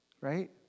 right